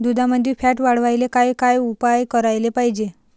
दुधामंदील फॅट वाढवायले काय काय उपाय करायले पाहिजे?